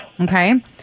Okay